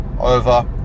over